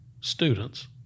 students